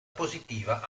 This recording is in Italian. positiva